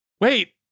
wait